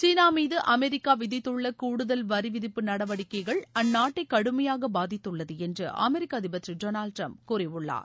சீனா மீது அமெரிக்கா விதித்துள்ள கூடுதல் வரி விதிப்பு நடவடிக்கைகள் அந்நாட்டை கடுமையாக பாதித்துள்ளது என்று அமெரிக்க அதிபர் திரு டொனால்டு டிரம்ப் கூறியுள்ளார்